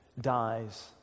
dies